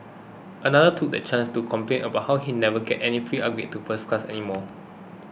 another took the chance to complain about how he never gets any free upgrades to first class anymore